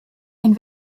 ein